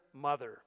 mother